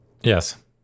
yes